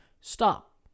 Stop